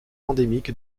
endémique